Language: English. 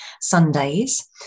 Sundays